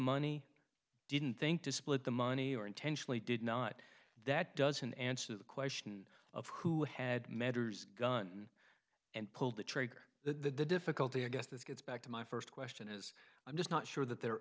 money didn't think to split the money or intentionally did not that doesn't answer the question of who had medders gun and pulled the trigger the difficulty against this gets back to my first question is i'm just not sure that there